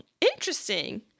Interesting